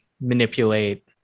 manipulate